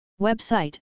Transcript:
Website